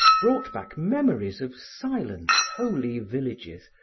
brought back memories of silent, holy villages,